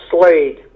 Slade